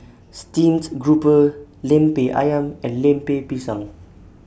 Steamed Grouper Lemper Ayam and Lemper Pisang